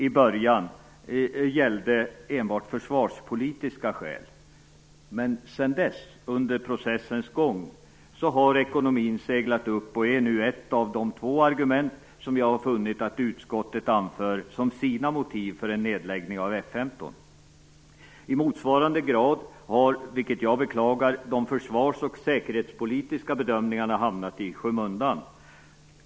I början gällde enbart försvarspolitiska skäl. Men sedan dess har ekonomin under processens gång seglat upp och är nu ett av de två argument som jag har funnit att utskottet anför som motiv för en nedläggning av F 15. I motsvarande grad har, vilket jag beklagar, de försvars och säkerhetspolitiska bedömningarna hamnat i skymundan.